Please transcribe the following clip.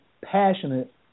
passionate